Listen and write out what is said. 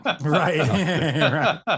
right